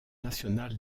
national